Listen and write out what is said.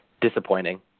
Disappointing